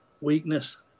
weakness